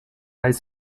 ice